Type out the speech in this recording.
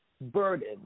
burden